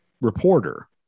reporter